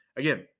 again